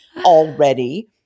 already